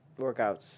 workouts